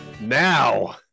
now